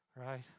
Right